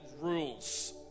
rules